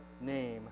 name